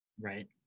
Right